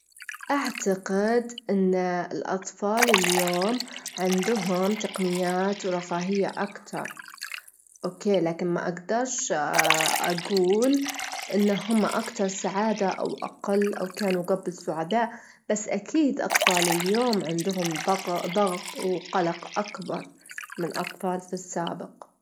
لا ما أعتقد أن كل سلالات الكلاب ودية بنفس الطريقة، يعني في سلالات ممكن تكون هادية ودودة متل اللبرادور، في سلالات تكون حذرة وحتى شوي عدوانية؛ متل كلاب الحراسة والتلاب الكبيرة، كلها تكونين حذرة معها.